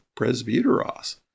presbyteros